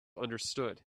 understood